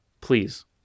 please